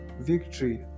victory